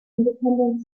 independent